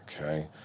Okay